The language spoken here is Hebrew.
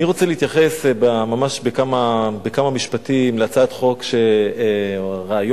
אני רוצה להתייחס ממש בכמה משפטים להצעת החוק או הרעיון